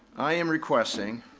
i am requesting,